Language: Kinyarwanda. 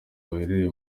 bahereye